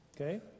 Okay